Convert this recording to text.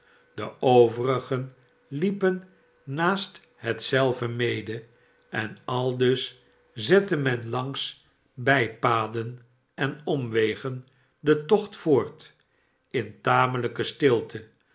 de overigen liepen naast hetzelve mede en aldus zette men langs bijpaden en omwegen den tocht voort in tamelijke stilte